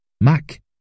Mac